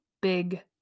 big